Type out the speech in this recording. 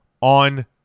on